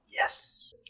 Yes